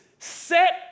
Set